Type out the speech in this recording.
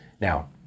Now